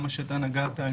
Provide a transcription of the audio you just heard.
גם מה שאתה נגעת,